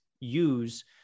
use